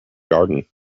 garden